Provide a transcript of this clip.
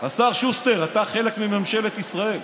השר שוסטר, אתה חלק מממשלת ישראל,